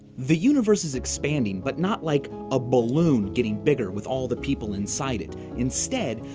the universe is expanding, but not like a balloon getting bigger with all the people inside it. instead,